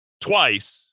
twice